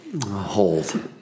Hold